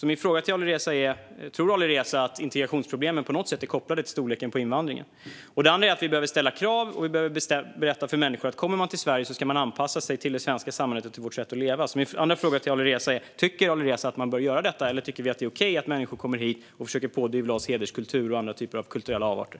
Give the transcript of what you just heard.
Min fråga till Alireza är: Tror Alireza att integrationsproblemen på något sätt är kopplade till storleken på invandringen? Det andra förslaget är att vi ställer krav och berättar för människor att den som kommer till Sverige ska anpassa sig till det svenska samhället och till vårt sätt att leva. Min andra fråga till Alireza är: Tycker Alireza att man bör göra detta, eller ska vi tycka att det är okej att människor kommer hit och försöker pådyvla oss hederskultur och andra typer av kulturella avarter?